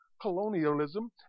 colonialism